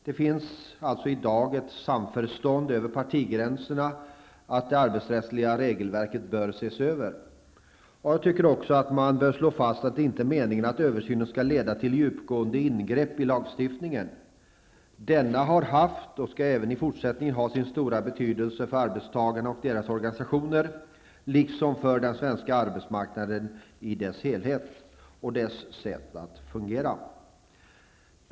Det finns alltså i dag ett samförstånd över partigränserna om att det arbetsrättsliga regelverket bör ses över. Jag tycker också att man bör slå fast att det inte är meningen att översynen skall leda till djupgående ingrepp i lagstiftningen. Denna har haft och skall även i fortsättningen ha sin stora betydelse för arbetstagarna och deras organisationer, liksom för den svenska arbetsmarknaden i dess helhet och dess sätt att fungera.